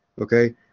Okay